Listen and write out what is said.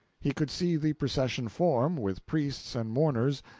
he could see the procession form, with priests and mourners,